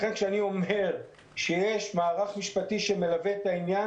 לכן כשאני אומר שיש מערך משפטי שמלווה את העניין,